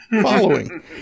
following